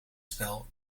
spel